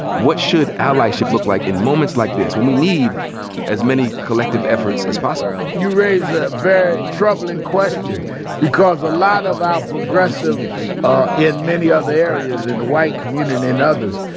what should allyship look like in moments like this when we need as many collective efforts as possible? you raise a very troubling question because a lot of our progressives ah in many other areas in the white community and others,